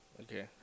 Okay